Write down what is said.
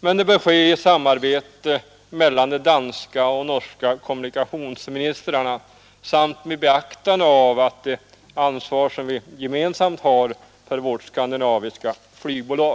men den bör ske i samarbete med de danska och norska kommunikationsministrarna samt med beaktande av det ansvar som vi gemensamt har för vårt skandinaviska flygbolag.